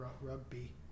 rugby